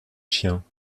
chiens